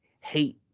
hate